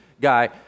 guy